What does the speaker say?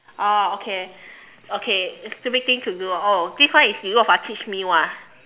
oh okay okay stupid thing to do ah oh this one is Rou-Fan teach me [one]